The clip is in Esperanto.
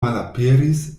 malaperis